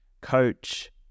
coach